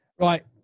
Right